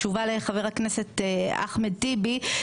תשובה לחבר הכנסת אחמד טיבי.